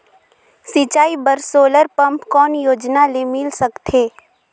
सिंचाई बर solar pump कौन योजना ले मिल सकथे?